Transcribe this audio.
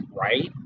right